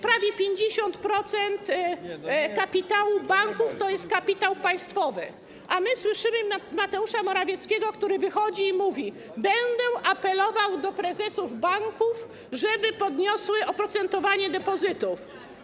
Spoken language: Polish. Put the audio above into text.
Prawie 50% kapitału banków to jest kapitał państwowy, a my słyszymy Mateusza Morawieckiego, który wychodzi i mówi: będę apelował do prezesów banków, żeby podnieśli oprocentowanie depozytów.